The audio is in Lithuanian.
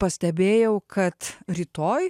pastebėjau kad rytoj